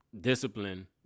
discipline